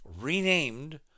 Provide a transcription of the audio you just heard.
renamed